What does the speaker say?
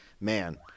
man